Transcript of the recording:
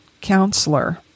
counselor